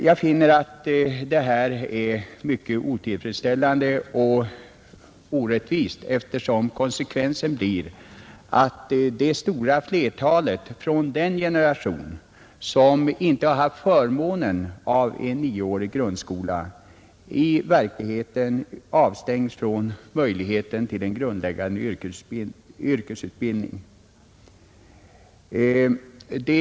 Jag finner detta mycket otillfredsställande och orättvist, eftersom konsekvensen blir att det stora flertalet från den generation, som inte har haft förmånen av en 9-årig grundskola, i verkligheten avstängs från möjligheten till en grundläggande yrkesutbildning.